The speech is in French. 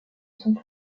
sont